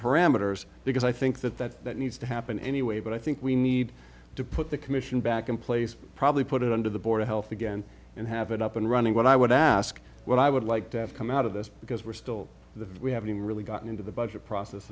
parameters because i think that that that needs to happen anyway but i think we need to put the commission back in place probably put it under the board of health again and have it up and running what i would ask what i would like to have come out of this because we're still the we haven't really gotten into the budget process